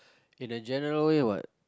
in a general way what